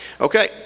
Okay